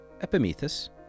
Epimetheus